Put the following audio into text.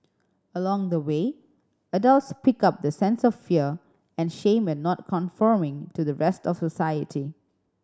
along the way adults pick up the sense of fear and shame at not conforming to the rest of society